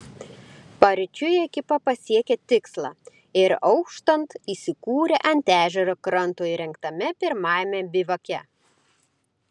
paryčiui ekipa pasiekė tikslą ir auštant įsikūrė ant ežero kranto įrengtame pirmajame bivake